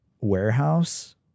warehouse